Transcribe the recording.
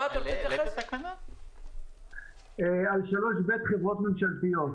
להתייחס ל-3(ב) חברות ממשלתיות,